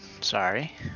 sorry